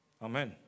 Amen